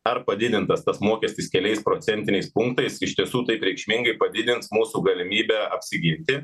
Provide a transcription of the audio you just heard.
ar padidintas tas mokestis keliais procentiniais punktais iš tiesų taip reikšmingai padidins mūsų galimybę apsiginti